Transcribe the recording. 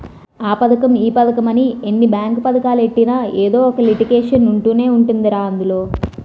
ఆ పదకం ఈ పదకమని ఎన్ని బేంకు పదకాలెట్టినా ఎదో ఒక లిటికేషన్ ఉంటనే ఉంటదిరా అందులో